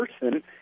person